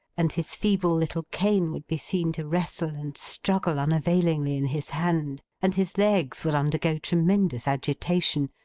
and his feeble little cane would be seen to wrestle and struggle unavailingly in his hand, and his legs would undergo tremendous agitation,